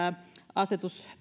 asetus